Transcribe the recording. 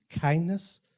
kindness